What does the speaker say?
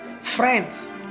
friends